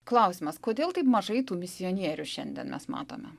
klausimas kodėl taip mažai tų misionierių šiandien mes matome